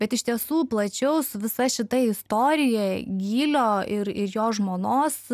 bet iš tiesų plačiau su visa šita istorija gylio ir ir jo žmonos